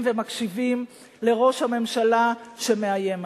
ומקשיבים לראש הממשלה שמאיים עליהם.